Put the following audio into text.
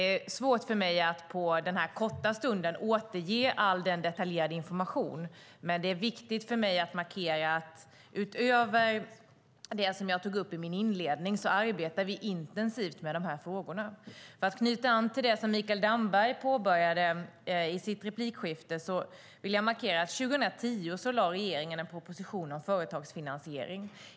Det är svårt för mig att på den här korta stunden återge all den detaljerade informationen, men det är viktigt för mig att markera att vi utöver det jag tog upp i min inledning arbetar intensivt med frågorna. För att knyta an till det Mikael Damberg nämnde i sitt inlägg vill jag markera att regeringen år 2010 lade fram en proposition om företagsfinansiering.